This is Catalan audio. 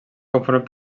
conformat